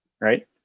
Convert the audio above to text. Right